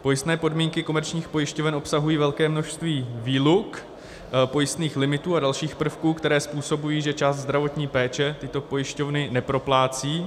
Pojistné podmínky komerčních pojišťoven obsahují velké množství výluk, pojistných limitů a dalších prvků, které způsobují, že část zdravotní péče tyto pojišťovny neproplácejí.